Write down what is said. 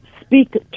speak